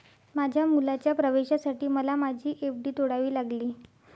माझ्या मुलाच्या प्रवेशासाठी मला माझी एफ.डी तोडावी लागली